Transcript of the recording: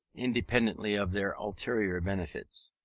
independently of their ulterior benefits.